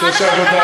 אתה צודק.